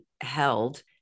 held